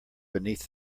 beneath